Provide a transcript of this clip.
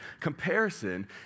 Comparison